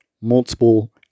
multiple